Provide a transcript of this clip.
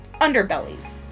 underbellies